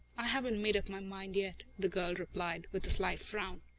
i haven't made up my mind yet, the girl replied, with a slight frown.